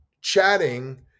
chatting